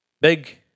big